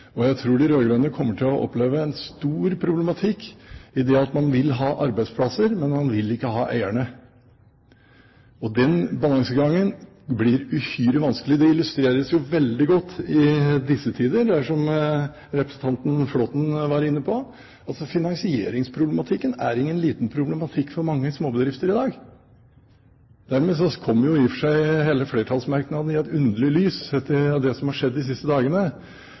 Jeg tror de rød-grønne kommer til å oppleve en stor problematikk i det at man vil ha arbeidsplasser, men man vil ikke ha eierne. Den balansegangen blir uhyre vanskelig. Det illustreres jo veldig godt i disse tider. Som representanten Flåtten var inne på, er finansieringsproblematikken ingen liten problematikk for mange småbedrifter i dag. Dermed kommer jo hele flertallsmerknaden i et underlig lys, etter det som har skjedd de siste dagene.